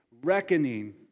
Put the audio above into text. reckoning